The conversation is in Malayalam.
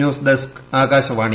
news desk Akashvani